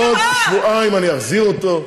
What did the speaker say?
בעוד שבועיים אני אחזיר אותו.